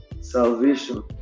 salvation